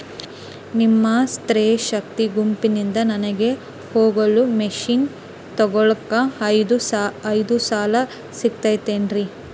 ನಿಮ್ಮ ಸ್ತ್ರೇ ಶಕ್ತಿ ಗುಂಪಿನಿಂದ ನನಗ ಹೊಲಗಿ ಮಷೇನ್ ತೊಗೋಳಾಕ್ ಐದು ಸಾಲ ಸಿಗತೈತೇನ್ರಿ?